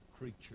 creature